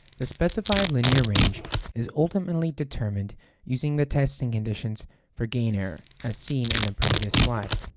the specified linear range is ultimately determined using the testing conditions for gain error, as seen in the previous slide.